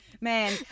man